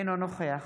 אינו נוכח